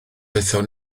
aethon